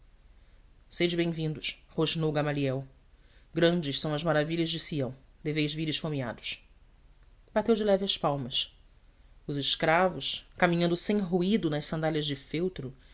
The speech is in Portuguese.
sede bem vindos rosnou gamaliel grandes são as maravilhas de sião deveis vir esfomeados bateu de leve as palmas os escravos caminhando sem ruído nas sandálias de feltro